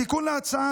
בתיקון לחוק